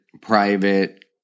private